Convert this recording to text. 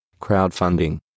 Crowdfunding